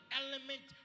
element